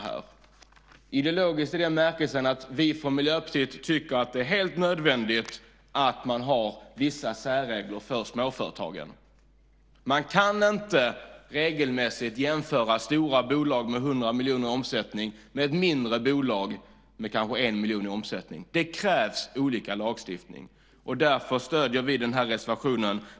Den är ideologisk i den bemärkelsen att vi från Miljöpartiet tycker att det är helt nödvändigt att man har vissa särregler för småföretagen. Man kan inte regelmässigt jämföra stora bolag med 100 miljoner i omsättning med mindre bolag med kanske 1 miljon i omsättning. Det krävs olika lagstiftning. Därför stöder vi den här reservationen.